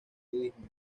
budismo